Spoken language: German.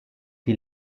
die